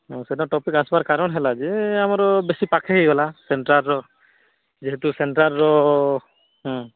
ସେଇଟା ଟପିକ୍ ଆସିବାର କାରଣ ହେଲା ଯେ ଆମର ବେଶୀ ପାଖେଇ ଗଲା ସେଣ୍ଟ୍ରାଲ୍ର ଯେହେତୁ ସେଣ୍ଟ୍ରାଲ୍ର